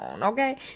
okay